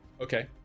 Okay